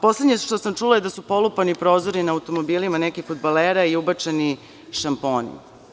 Poslednje što sam čula je da su polupani prozori na automobilima nekih fudbalera i ubačeni šamponi.